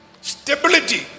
Stability